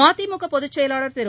மதிமுக பொதுச் செயலாளர் திரு